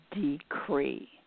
decree